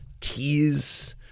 tease